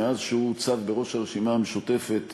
מאז הוצב בראש הרשימה המשותפת,